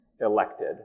elected